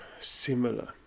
similar